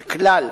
ככלל,